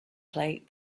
plate